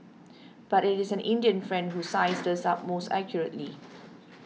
but it is an Indian friend who sized us up most accurately